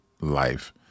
life